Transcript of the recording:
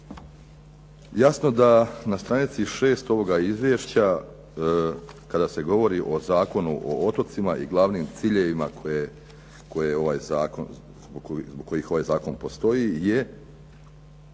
Jasno da na stranici 6 ovoga izvješća kada se govori o Zakonu o otocima i glavnim ciljevima zbog kojih ovaj zakon postoji je